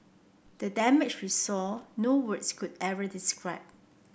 the damage we saw no words could ever describe